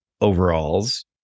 overalls